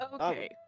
Okay